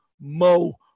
Mo